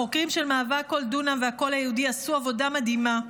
החוקרים של מאבק על כל דונם והקול היהודי עשו עבודה מדהימה,